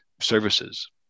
services